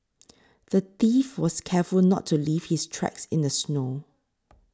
the thief was careful not to leave his tracks in the snow